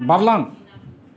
बारलां